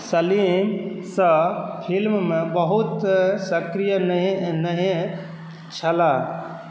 सलीमसँ फिलिममे बहुत सक्रिय नहि नहि छलाह